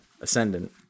ascendant